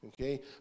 Okay